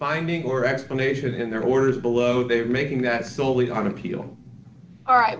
binding or explanation in their words below they were making that solely on appeal all right